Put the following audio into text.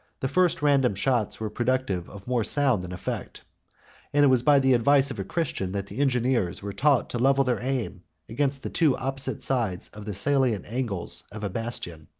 the first random shots were productive of more sound than effect and it was by the advice of a christian, that the engineers were taught to level their aim against the two opposite sides of the salient angles of a bastion.